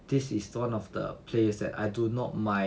this is one of the place that I do not mind